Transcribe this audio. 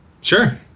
Sure